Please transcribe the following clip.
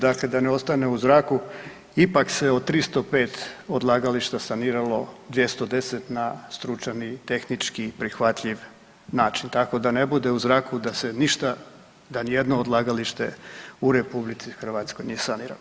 Dakle, da ne ostane u zraku ipak se o 305 odlagališta saniralo 210 na stručan, tehnički prihvatljiv način tako da ne bude u zraku da se ništa, da ni jedno odlagalište u RH nije sanirano.